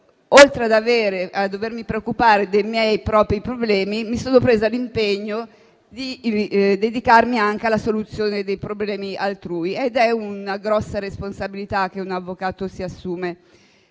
oltre a dovermi preoccupare dei miei problemi, mi sono presa l'impegno di dedicarmi anche alla soluzione dei problemi altrui ed è una grossa responsabilità che un avvocato si assume.